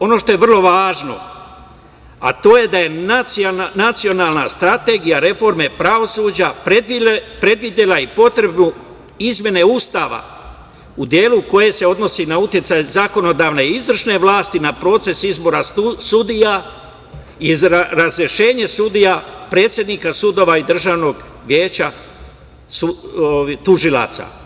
Ono što je vrlo važno, to je da je Nacionalna strategija reforme pravosuđa predvidela i potrebu izmene Ustava u delu koji se odnosi na uticaj zakonodavne i izvršne vlasti na proces izbora sudija i razrešenje sudija, predsednika sudova i Državnog veća tužilaca.